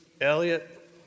Elliot